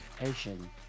Asian